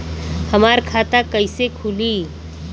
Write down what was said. हमार खाता कईसे खुली?